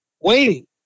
waiting